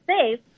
safe